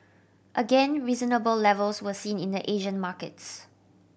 again reasonable levels were seen in the Asian markets